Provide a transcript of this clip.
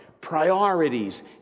priorities